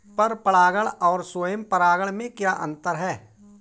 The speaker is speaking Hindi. पर परागण और स्वयं परागण में क्या अंतर है?